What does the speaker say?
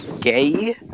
gay